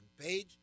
Page